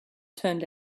turned